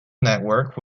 network